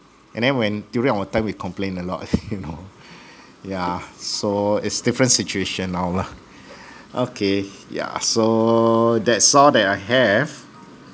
and then when during our time we complain a lot you know yeah so its different situation now lah okay yeah so that's all that I have